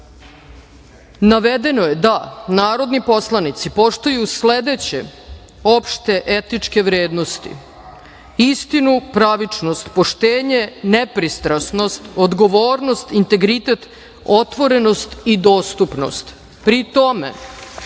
navedeno je da narodni poslanici poštuju sledeće opšte etičke vrednosti istinu, pravičnost, poštenje, nepristrasnost, odgovornost, integritet, otvorenost i dostupnost. Pri tome